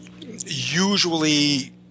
usually